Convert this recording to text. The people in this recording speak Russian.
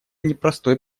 непростой